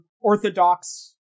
Orthodox